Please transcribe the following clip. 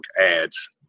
ads